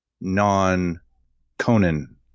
non-Conan